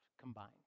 combined